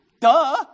Duh